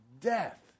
death